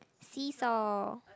see-saw